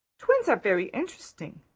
twins are very interesting.